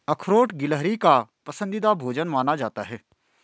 अखरोट गिलहरी का पसंदीदा भोजन माना जाता है